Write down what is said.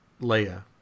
Leia